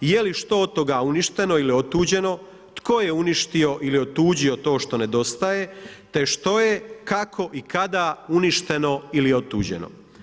Je li što od toga uništeno ili otuđeno, tko je uništio ili otuđio to što nedostaje, te što je, kako i kada uništeno ili otuđeno.